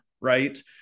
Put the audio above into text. right